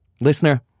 Listener